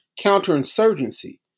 counterinsurgency